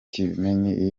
kimenyi